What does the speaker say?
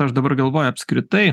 aš dabar galvoju apskritai